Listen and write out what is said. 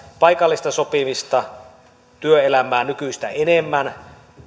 paikallista sopimista työelämään nykyistä enemmän